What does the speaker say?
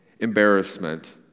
embarrassment